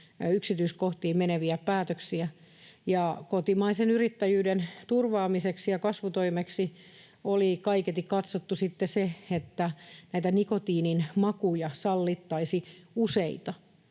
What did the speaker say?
yksityiskohtiin meneviä päätöksiä, ja kotimaisen yrittäjyyden turvaamiseksi ja kasvutoimeksi oli kaiketi katsottu sitten se, että näitä nikotiinin makuja sallittaisiin useita.